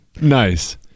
Nice